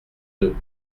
deux